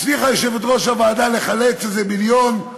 הצליחה יושבת-ראש הוועדה לחלץ איזה מיליון,